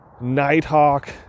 Nighthawk